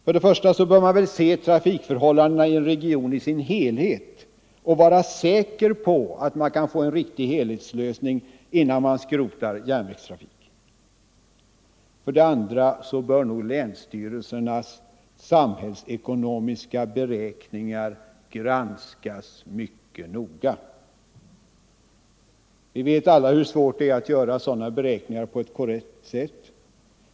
För det första bör man väl se trafikförhållandena i en region i sin helhet och vara säker på att man kan få en riktig helhetslösning, innan man skrotar järnvägstrafik, och för det andra bör länsstyrelsernas samhällsekonomiska beräkningar granskas mycket noga. Vi ve alla hur svårt det är att göra sådana beräkningar på ett korrekt sätt.